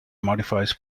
modifies